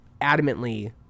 adamantly